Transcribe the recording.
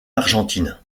argentine